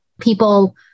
People